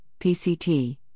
PCT